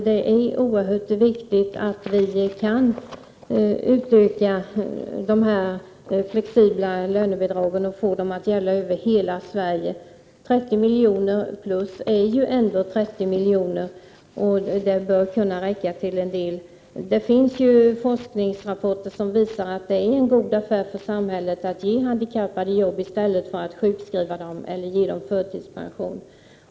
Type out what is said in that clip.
Det är oerhört viktigt att vi kan utöka de flexibla lönebidragen och få dem att gälla över hela Sverige. 30 milj.kr. extra är ändå 30 miljoner, och de pengarna bör kunna räcka till en del. Forskningsrapporter visar att det är en god affär för samhället att ge handikappade arbete i stället för att sjukskriva dem eller ge dem förtidspension.